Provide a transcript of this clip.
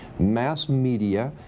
mass media,